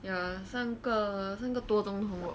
yeah 三个三个多钟头